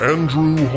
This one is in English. Andrew